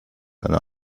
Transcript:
eine